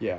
ya